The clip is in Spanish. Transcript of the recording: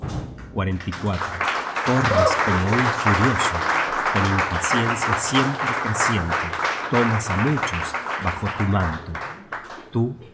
search generated at corres como un furioso con impaciencia siempre creciente tomas á muchos bajo tu manto tú